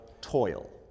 toil